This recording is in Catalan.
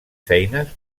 feines